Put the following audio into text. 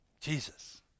Jesus